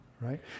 right